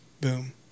Boom